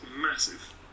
massive